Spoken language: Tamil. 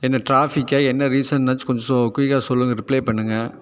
என்ன டிராஃபிக்கா என்ன ரீசன் ஆச்சும் கொஞ்சம் குயிக்காக சொல்லுங்கள் ரிப்ளே பண்ணுங்கள்